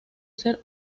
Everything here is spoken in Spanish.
ser